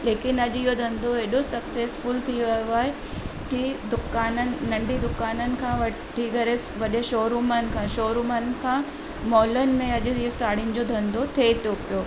लेकिन अॼु इहो धंधो हेॾो सक्सैसफुल थी वियो आहे की दुकाननि नंढी दुकाननि खां वठी करे वॾे शोरूमनि खां शोरूमनि खां मॉलनि में अॼु इहो साड़ियुनि जो धंधो थिए थो पियो